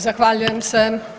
Zahvaljujem se.